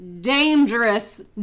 dangerous